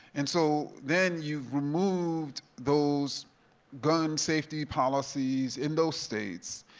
and so, then you've removed those gun safety policies in those states,